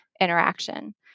interaction